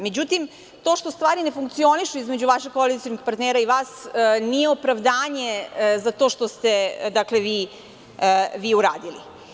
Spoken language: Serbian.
Međutim, to što stvari ne funkcionišu između vašeg koalicionog partnera i vas nije opravdanje za to štoste vi uradili.